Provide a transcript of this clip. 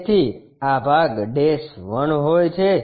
તેથી આ ભાગ ડેશ 1 હોય છે